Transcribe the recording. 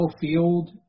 field